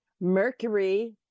Mercury